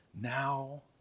Now